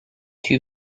two